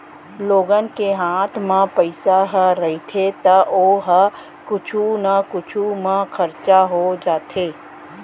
लोगन के हात म पइसा ह रहिथे त ओ ह कुछु न कुछु म खरचा हो जाथे